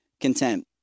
content